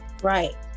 right